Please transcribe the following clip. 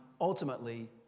ultimately